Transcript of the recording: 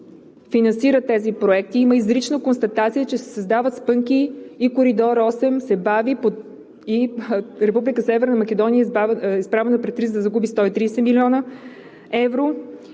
финансират тези проекти, има изрична констатация, че се създават спънки и Коридор № 8 се бави и Република Северна Македония е изправена пред риск да загуби 130 млн. евро.